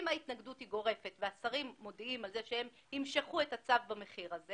אם ההתנגדות היא גורפת והשרים מודיעים שהם ימשכו את הצו במחיר הזה